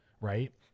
right